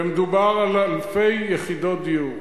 ומדובר על אלפי יחידות דיור.